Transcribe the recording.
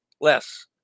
less